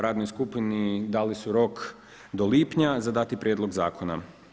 Radnoj skupini dali su rok do lipnja za dati prijedlog zakona.